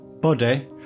body